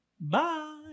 Bye